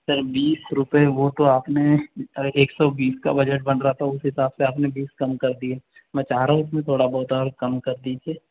sir बीस रुपये वो तो आपने एक सौ बीस का बजट बन रहा था उस हिसाब से आपने बीस कम कर दिए मैं चाह रहा हूँ कि थोडा बहुत और कम कर दीजिए